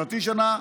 חצי שנה,